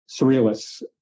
Surrealists